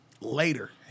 Later